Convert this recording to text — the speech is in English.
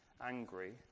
angry